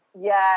Yes